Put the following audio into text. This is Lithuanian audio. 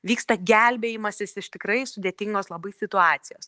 vyksta gelbėjimasis iš tikrai sudėtingos labai situacijos